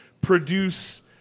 produce